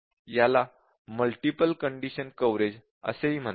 याला multiple condition coverage असेही म्हणतात